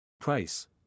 Price